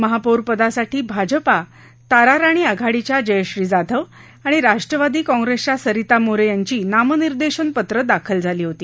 महापौरपदासाठी भाजपा ताराराणी आघाडीच्या जयश्री जाधव आणि राष्ट्रवादी कॉंप्रेसच्या सरिता मोरे यांची नामनिर्देशन पत्र दाखल केली होती